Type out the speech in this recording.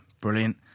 brilliant